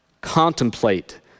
contemplate